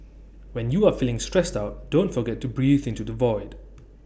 when you are feeling stressed out don't forget to breathe into the void